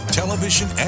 television